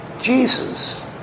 Jesus